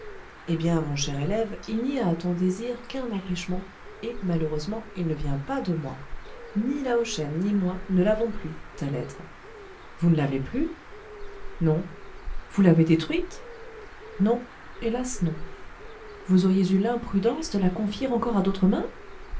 eh bien mon cher élève il n'y a à ton désir qu'un empêchement et malheureusement il ne vient pas de moi ni laoshen ni moi nous ne l'avons plus ta lettre vous ne l'avez plus non vous l'avez détruite non hélas non vous auriez eu l'imprudence de la confier encore à d'autres mains